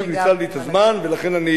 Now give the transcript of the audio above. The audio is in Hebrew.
זמן שאי-אפשר להחזיר זה גם,